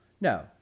No